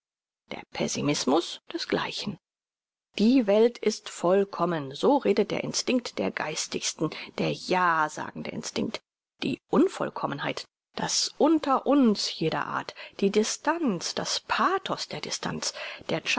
der pessimismus desgleichen die welt ist vollkommen so redet der instinkt der geistigsten der ja sagende instinkt die unvollkommenheit das unter uns jeder art die distanz das pathos der distanz der